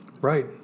Right